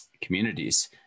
communities